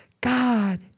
God